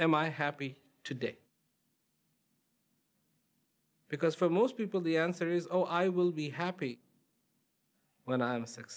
and i happy today because for most people the answer is oh i will be happy when i am s